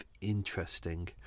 interesting